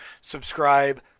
subscribe